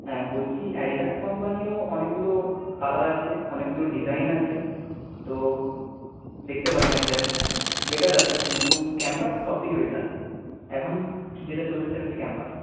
হ্যাঁ বলছি অ্যাডিডাস কোম্পানিরও অনেকগুলো কালার আছে অনেকগুলো ডিজাইন আছে তো দেখতে পারেন অ্যাডিডাসও বেটার আছে কিন্তু ক্যাম্পাস সব থেকে বেটার এখন যেটা চলছে সেটা হচ্ছে ক্যাম্পাস